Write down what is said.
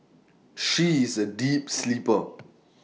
she is A deep sleeper